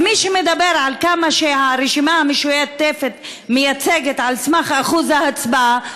אז מי שמדבר על כמה שהרשימה המשותפת מייצגת על סמך אחוז ההצבעה,